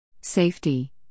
Safety